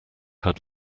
had